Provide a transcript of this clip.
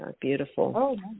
beautiful